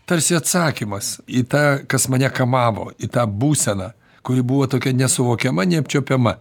tarsi atsakymas į tą kas mane kamavo į tą būseną kuri buvo tokia nesuvokiama neapčiuopiama